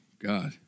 God